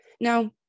Now